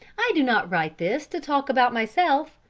i do not write this to talk about myself,